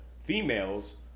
females